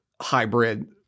hybrid